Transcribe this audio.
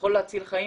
יכול להציל חיים